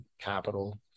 capital